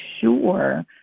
sure